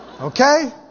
Okay